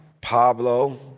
Pablo